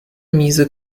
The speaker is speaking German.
miese